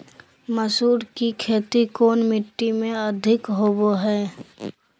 मसूर की खेती कौन मिट्टी में अधीक होबो हाय?